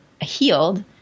healed